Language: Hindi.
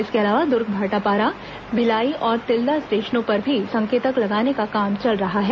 इसके अलावा दूर्ग भाटापारा भिलाई और तिल्दा स्टेशनों पर भी संकेतक लगाने का काम चल रहा है